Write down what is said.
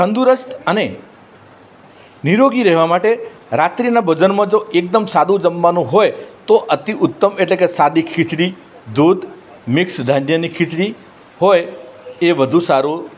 તંદુરસ્ત અને નિરોગી રહેવા માટે રાત્રિના ભોજનમાં જો એકદમ સાદો જમવાનો હોય તો અતિઉત્તમ એટલે કે સાદી ખીચડી દૂધ મિક્સ જાંજરની ખીચડી હોય એ વધુ સારું